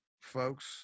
folks